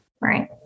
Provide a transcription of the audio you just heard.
right